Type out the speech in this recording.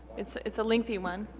it's it's a lengthy one